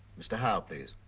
mr. howell please.